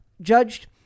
judged